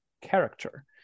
character